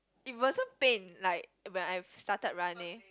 it wasn't pain like when I started running